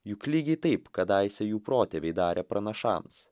juk lygiai taip kadaise jų protėviai darė pranašams